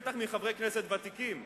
בטח מחברי כנסת ותיקים,